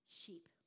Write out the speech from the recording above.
sheep